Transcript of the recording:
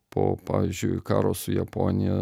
po pavyzdžiui karo su japonija